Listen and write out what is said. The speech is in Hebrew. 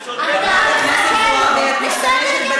אתה משווה את עצמך לעולם